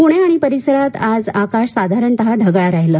पुणे आणि परिसरात आज आकाश साधारण ढगाळ राहिलं